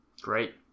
Great